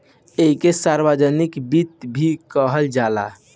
ऐइके सार्वजनिक वित्त भी कहल जाला